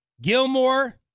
Gilmore